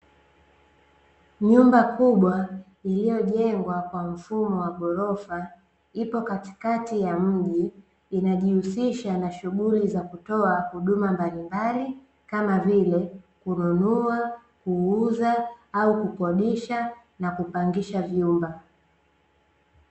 Nyumba kubwa iliyojengwa kwa mfumo wa ghorofa ipo katikati ya mji. Inajihusisha na shughuli za kutoa huduma mbalimbali kama vile kununua, kuuza, au kukodisha na kupangisha vyumba.